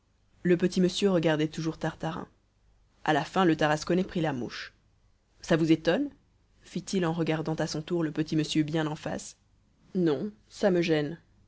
le petit monsieur regardait toujours tartarin a la fin le tarasconnais prit la mouche ça vous étonne fit-il en regardant à son tour le petit monsieur bien en face non ça me gêne